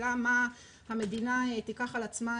השאלה מה המדינה תיקח על עצמה